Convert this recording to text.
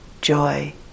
joy